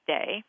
Day